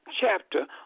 chapter